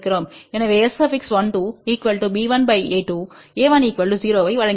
எனவேS12b1 a2 a1 0 ஐவழங்கியது